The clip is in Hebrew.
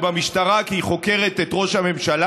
ובמשטרה כי היא חוקרת את ראש הממשלה,